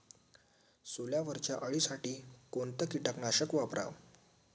सोल्यावरच्या अळीसाठी कोनतं कीटकनाशक वापराव?